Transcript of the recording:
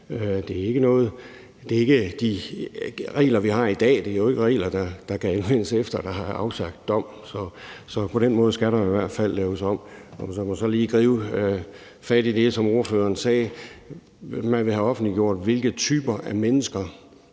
fat i her. De regler, vi har i dag, er ikke regler, der kan anvendes, efter at der er afsagt dom, så på den måde skal der i hvert fald laves noget om. Lad mig så lige gribe fat i det, som ordføreren sagde om, at man vil have offentliggjort, hvilke typer af mennesker